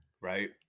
right